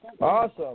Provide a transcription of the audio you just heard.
Awesome